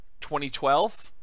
2012